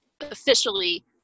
officially